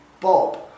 Bob